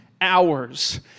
hours